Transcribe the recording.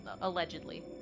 Allegedly